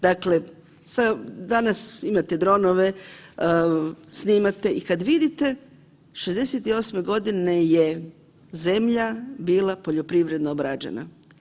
Dakle, sa, danas imate dronove, snimate i kad vidite '68.g. je zemlja bila poljoprivredno obrađena.